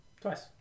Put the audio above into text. twice